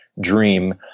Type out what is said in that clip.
dream